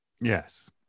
yes